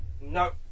No